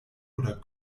oder